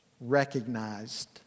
recognized